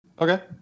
Okay